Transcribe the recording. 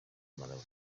malawi